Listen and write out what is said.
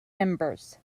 members